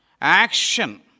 action